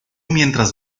mientras